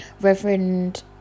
Reverend